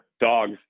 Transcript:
dogs